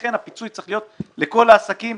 לכן הפיצוי צריך להיות לכל העסקים.